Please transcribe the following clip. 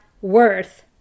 worth